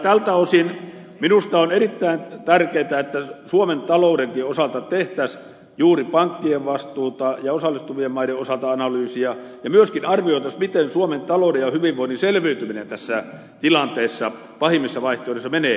tältä osin minusta on erittäin tärkeätä että suomen taloudenkin osalta tehtäisiin juuri pankkien vastuun ja osallistuvien maiden osalta analyysiä ja myöskin arvioitaisiin miten suomen talouden ja hyvinvoinnin selviytyminen tässä tilanteessa pahimmissa vaihtoehdoissa menee